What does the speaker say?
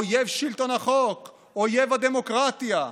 אויב שלטון החוק, אויב הדמוקרטיה.